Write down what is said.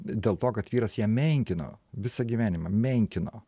dėl to kad vyras ją menkino visą gyvenimą menkino